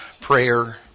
prayer